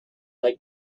like